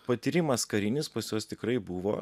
patyrimas karinis pas juos tikrai buvo